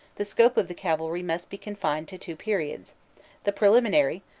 the scope of the cavalry must be confined to two periods the preliminary,